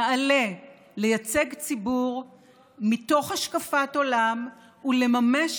נעלה לייצג ציבור מתוך השקפת עולם ולממש